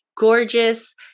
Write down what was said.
gorgeous